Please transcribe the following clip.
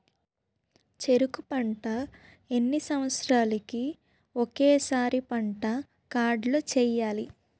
చెరుకు పంట ఎన్ని సంవత్సరాలకి ఒక్కసారి పంట కార్డ్ చెయ్యాలి?